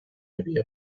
havia